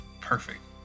Perfect